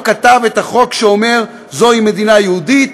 כתב את החוק שאומר: זוהי מדינה יהודית,